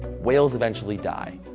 whales eventually die.